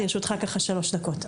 לרשותך שלוש דקות.